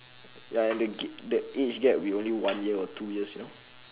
ya and the g~ the age gap will be only one year or two years you know